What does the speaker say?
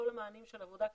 כל המענים של עבודה קהילתית,